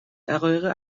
دقایق